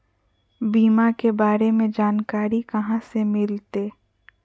बीमा के बारे में जानकारी कहा से मिलते?